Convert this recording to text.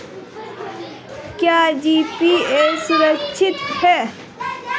क्या जी.पी.ए सुरक्षित है?